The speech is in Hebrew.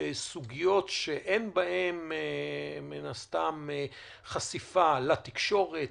בסוגיות שאין בהן חשיפה לתקשורת,